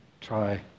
try